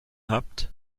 habt